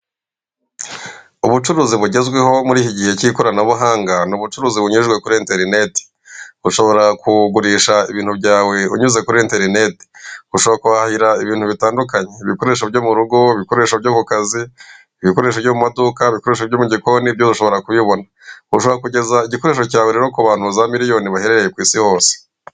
Ubucuruzi bugezweho muri iki gihe cyi'koranabuhanga, ni ubucuruzi bunyujwe kuri interineti ushobora kugurisha ibintu byawe unyuze kuri interineti, ushobora kuhahahira ibintu bitandukanye, ibikoresho byo muru rugo, ibikoresho byo ku kazi, ibikoresho byo mu maduka, ibikoresho byo mu mugikoni byose ushobora kubibona, ushobora kugeza igikoresho cyawe rero ku bantu za miliyoni bahererereye ku isi hose.